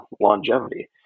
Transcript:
longevity